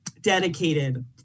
dedicated